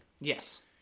Yes